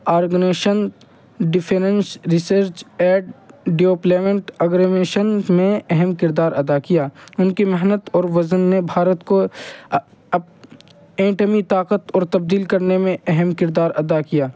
organisation defence research and development organisation میں اہم کردار ادا کیا ان کی محنت اور وزن نے بھارت کو ایٹمی طاقت اور تبدیل کرنے میں اہم کردار ادا کیا